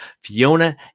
Fiona